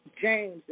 James